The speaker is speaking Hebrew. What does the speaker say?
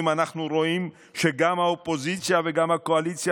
אנחנו רואים שגם האופוזיציה וגם הקואליציה,